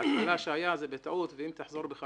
שההתחלה שהייתה זה בטעות ואם תחזור בך,